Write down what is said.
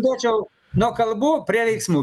būčiau nuo kalbų prie veiksmų